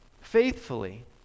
faithfully